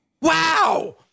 Wow